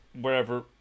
wherever